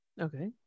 Okay